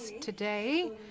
today